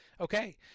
Okay